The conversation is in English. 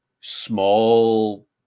small